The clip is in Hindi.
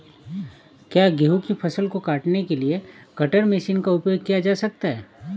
क्या गेहूँ की फसल को काटने के लिए कटर मशीन का उपयोग किया जा सकता है?